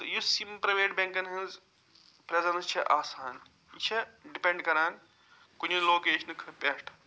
تہٕ یُس یِم پرٛایویٹ بینٛکن ہٕنٛز پرٛیزنٕس چھِ آسان یہِ چھِ ڈِپینٛڈ کَران کُنہِ لوکیٚشنہِ خٲ پٮ۪ٹھ